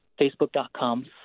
Facebook.com